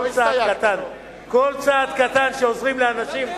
כל צעד קטן שעוזרים לאנשים,